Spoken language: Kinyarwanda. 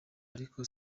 ariko